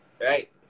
right